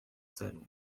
celu